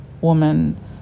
woman